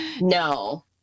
No